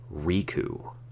Riku